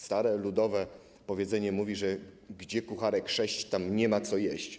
Stare ludowe powiedzenie mówi, że gdzie kucharek sześć, tam nie ma co jeść.